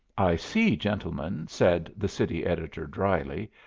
i see, gentlemen, said the city editor, dryly,